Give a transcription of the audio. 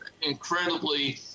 incredibly